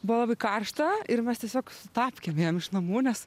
buvo labai karšta ir mes tiesiog su tapkėm ėjom iš namų nes